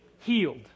Healed